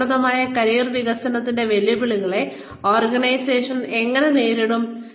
ഫലപ്രദമായ കരിയർ വികസനത്തിന്റെ വെല്ലുവിളികളെ ഓർഗനൈസേഷനുകൾ എങ്ങനെ നേരിടും